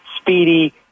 speedy